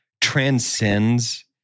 transcends